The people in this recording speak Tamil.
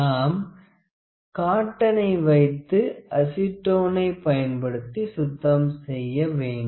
நாம் காட்டனை எடுத்து அசிட்டோனை பயன்படுத்தி சுத்தம் செய்ய வேண்டும்